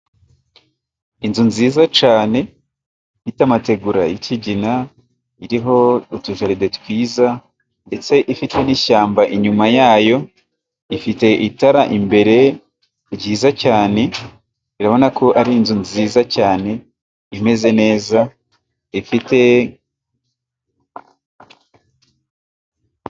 Inzu nziza cane ifite amategura y'ikigina, iriho utujaride twiza ndetse ifite n'ishyamba inyuma yayo, ifite itara imbere ryiza cyane, urabona ko ari inzu nziza cyane imeze neza ifite.